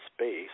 space